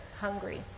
hungry